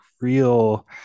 real